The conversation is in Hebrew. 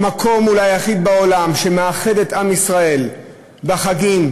זה אולי המקום היחיד בעולם שמאחד את עם ישראל בחגים,